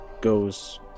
goes